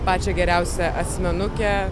pačią geriausią asmenukę